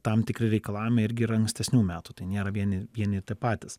tam tikri reikalavimai irgi yra ankstesnių metų tai nėra vieni vieni ir tie patys